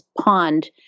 pond